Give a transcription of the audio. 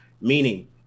Meaning